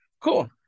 cool